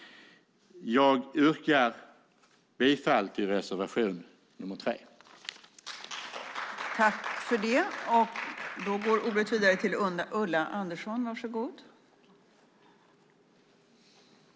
Jag yrkar bifall till reservation nr 3.